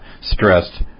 stressed